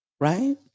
Right